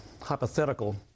hypothetical